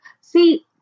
See